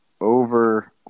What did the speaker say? over